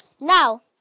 Now